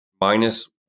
minus